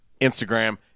Instagram